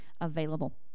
available